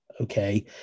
Okay